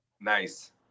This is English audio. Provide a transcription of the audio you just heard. Nice